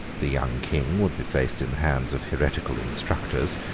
the young king would be placed in the hands of heretical instructors,